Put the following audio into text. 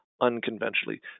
unconventionally